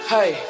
Hey